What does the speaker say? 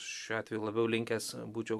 šiuo atveju labiau linkęs būčiau